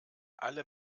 alle